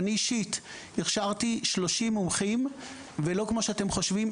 אני אישית הכשרתי 30 מומחים ולא כמו שאתם חושבים,